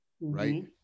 right